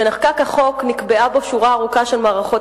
כשנחקק החוק נקבעה בו שורה ארוכה של מערכות